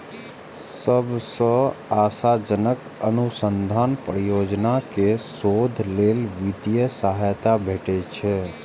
सबसं आशाजनक अनुसंधान परियोजना कें शोध लेल वित्तीय सहायता भेटै छै